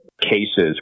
cases